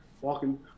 walking